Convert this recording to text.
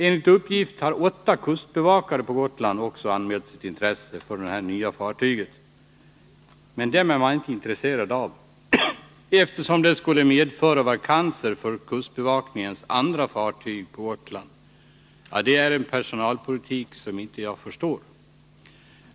Enligt uppgift har åtta kustbevakare på Gotland också anmält sitt intresse för det nya fartyget, men dem är man inte intresserad av eftersom det skulle medföra vakanser på kustbevakningens andra fartyg på Gotland. Det är en personalpolitik som jag inte förstår mig på.